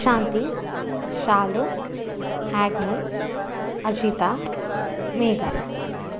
Shanti Shalu Agnel Ashwitha Megha